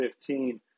2015